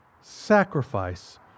sacrifice